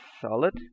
solid